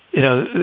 you know,